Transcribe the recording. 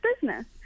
business